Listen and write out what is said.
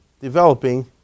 developing